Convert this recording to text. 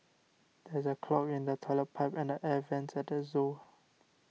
there is a clog in the Toilet Pipe and the Air Vents at the zoo